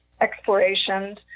explorations